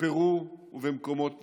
בפרו ובמקומות נוספים.